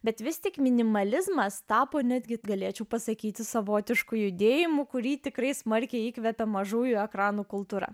bet vis tik minimalizmas tapo netgi galėčiau pasakyti savotišku judėjimu kurį tikrai smarkiai įkvepia mažųjų ekranų kultūra